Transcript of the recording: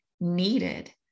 needed